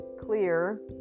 clear